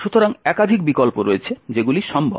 সুতরাং একাধিক বিকল্প রয়েছে যেগুলি সম্ভব